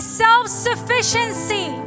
self-sufficiency